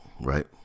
right